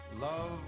love